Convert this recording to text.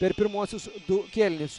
per pirmuosius du kėlinius